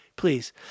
Please